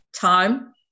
Time